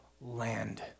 land